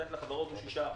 לחברות הוא 6%,